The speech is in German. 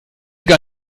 gar